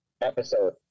episode